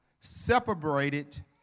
separated